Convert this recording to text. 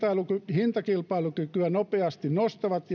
hintakilpailukykyä nopeasti nostavat